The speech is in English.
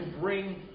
bring